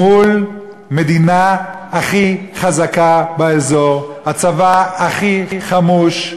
מול המדינה הכי חזקה באזור, הצבא הכי חמוש,